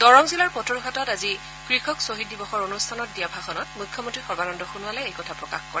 দৰং জিলাৰ পথৰুঘাটত আজি কৃষক শ্বহীদ দিৱসৰ অনুষ্ঠানত ভাষণ দি মুখ্যমন্ত্ৰী সৰ্বানন্দ সোণোৱালে এই কথা ঘোষণা কৰে